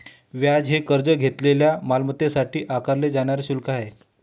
व्याज हे कर्ज घेतलेल्या मालमत्तेसाठी आकारले जाणारे शुल्क आहे